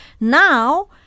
Now